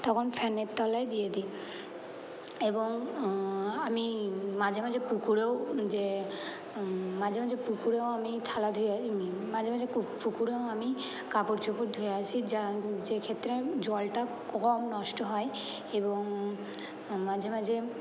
তখন ফ্যানের তলায় দিয়ে দিই এবং আমি মাঝে মাঝে পুকুরেও যেয়ে মাঝে মাঝে পুকুরেও আমি থালা ধুয়ে মাঝে মাঝে কু পুকুরেও আমি কাপড় চোপড় ধুয়ে আসি যা যেক্ষেত্রে জলটা কম নষ্ট হয় এবং মাঝে মাঝে